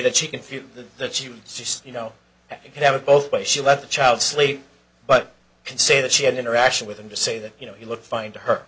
that she can feel that she she's you know you can have it both ways she let the child sleep but can say that she had interaction with him to say that you know he looked fin